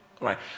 right